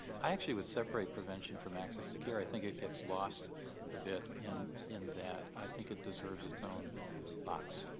i actually would separate prevention from access to care. i think it gets lost a bit in in that. i think it deserves its own box.